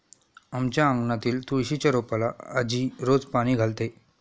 आमच्या अंगणातील तुळशीच्या रोपाला आजी रोज पाणी घालते